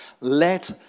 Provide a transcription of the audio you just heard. let